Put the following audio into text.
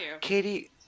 Katie